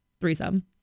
threesome